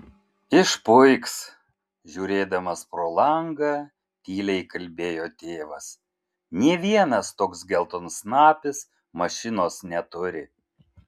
išpuiks žiūrėdamas pro langą tyliai kalbėjo tėvas nė vienas toks geltonsnapis mašinos neturi